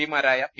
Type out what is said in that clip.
P മാരായ P